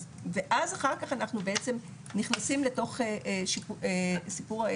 ואז אחר כך אנחנו בעצם נכנסים לתוך סיפור השיבוץ.